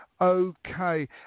Okay